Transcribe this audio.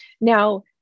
Now